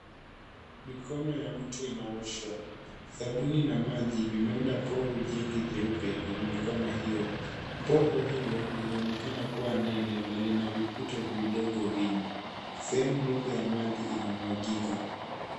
Mikono ya mtu inaoshwa, sabuni na maji vimeunda povu jingi jeupe kwenye mikono hiyo. Povu hilo linaonekana kuwa nene lina viputo vidongo vingi. Sehemu ndogo ya maji inamwagika.